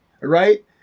right